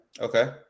okay